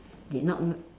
did not m~